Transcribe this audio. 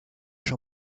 jean